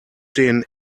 den